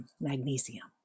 magnesium